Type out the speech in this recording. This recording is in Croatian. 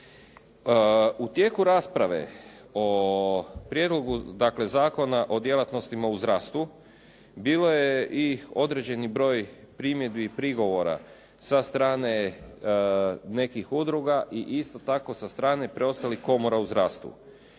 U tijeku rasprave o Prijedlogu, dakle, Zakona o djelatnostima u zdravstvu bilo je i određeni broj primjedbi i prigovora sa strane nekih udruga i isto tako sa strane preostalih komora u zdravstvu.